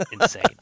insane